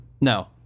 No